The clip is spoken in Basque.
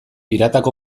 piratak